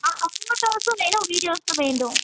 ஆ ஃபோட்டோஸும் வேணும் வீடியோஸும் வேண்டும்